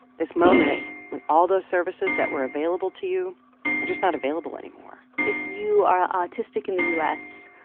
this moment when all those services that were available to you are just not available anymore if you are autistic in the u s,